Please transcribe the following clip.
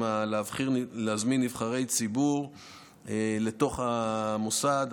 אם להזמין נבחרי ציבור לתוך המוסד,